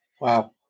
Wow